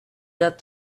that